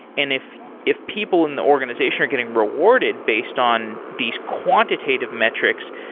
and if if people in the organization are getting rewarded based on these quantitative metrics,